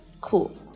cool